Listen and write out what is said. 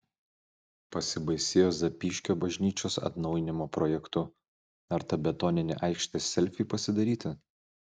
pasibaisėjo zapyškio bažnyčios atnaujinimo projektu ar ta betoninė aikštė selfiui pasidaryti